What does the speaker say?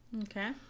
Okay